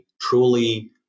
truly